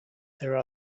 there